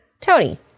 Tony